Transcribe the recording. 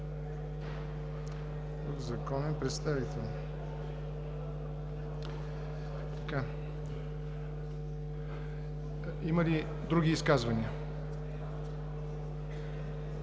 Има ли други изказвания?